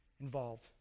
involved